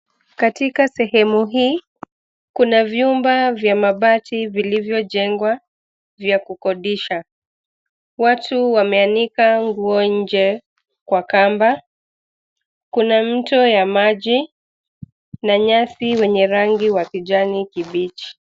Katika sehemu, hii kuna vyumba vya mabati vilivyojengwa vya kukodisha. Watu wameanika nguo nje kwa kamba. Kuna mto ya maji na nyasi wenye rangi ya kijani kibichi.